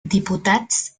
diputats